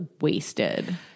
wasted